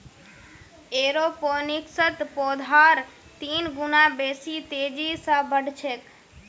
एरोपोनिक्सत पौधार तीन गुना बेसी तेजी स बढ़ छेक